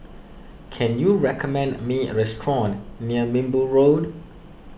can you recommend me a restaurant near Minbu Road